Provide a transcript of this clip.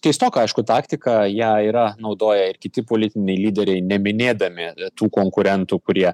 keistoka aišku taktika ją yra naudoja ir kiti politiniai lyderiai neminėdami tų konkurentų kurie